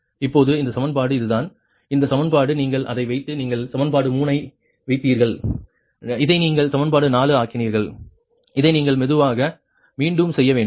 இப்போது இந்த சமன்பாடு இதுதான் இந்த சமன்பாடு நீங்கள் அதை வைத்து நீங்கள் சமன்பாடு 3 ஐ வைத்தீர்கள் இதை நீங்கள் சமன்பாடு 4 ஆக்கினீர்கள் இதை நீங்கள் மெதுவாக மீண்டும் செய்ய வேண்டும்